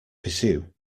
pursue